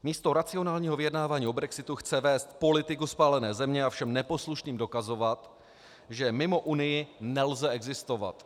Místo racionálního vyjednávání o brexitu chce vést politiku spálené země a všem neposlušným dokazovat, že mimo Unii nelze existovat.